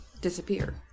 disappear